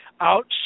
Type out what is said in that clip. out